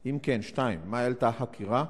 2. אם כן, מה העלתה החקירה?